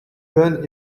jeunes